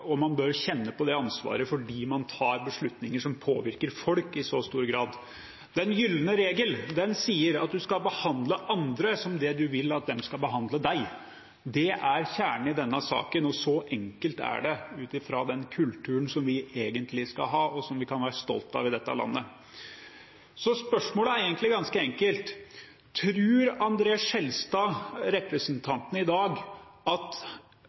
og man bør kjenne på det ansvaret fordi man tar beslutninger som påvirker folk i så stor grad. Den gylne regel sier at du skal behandle andre slik du vil at de skal behandle deg. Det er kjernen i denne saken, og så enkelt er det, ut fra den kulturen vi egentlig skal ha i dette landet, og som vi kan være stolt av. Så spørsmålet er egentlig ganske enkelt: Tror representanten André N. Skjelstad